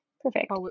Perfect